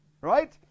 Right